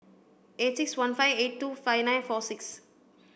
eight six one five eight two five nine four six